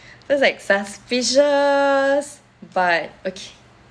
cause like suspicious but okay